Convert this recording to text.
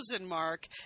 mark